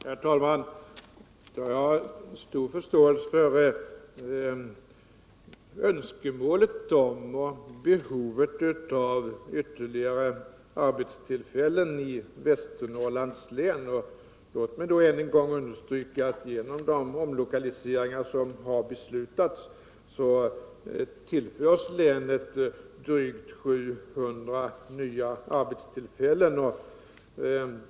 Herr talman! Jag har stor förståelse för önskemålet om och behovet av ytterligare arbetstillfällen i Västernorrlands län. Låt mig då än en gång understryka att genom de omläggningar som har beslutats tillförs länet drygt 700 nya arbetstillfällen.